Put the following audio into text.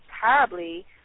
terribly